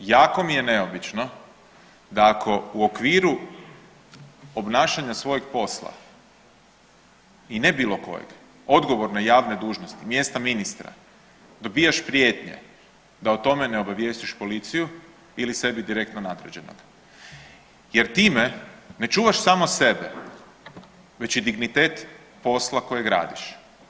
Jako mi je neobično da ako u okviru obnašanja svojeg posla i ne bilo kojeg, odgovorne javne dužnosti mjesta ministra dobijaš prijetnje, da o tome ne obavijestiš policiju ili sebi direktno nadređenog jer time ne čuvaš samo sebe već i dignitet posla kojeg radiš.